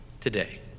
today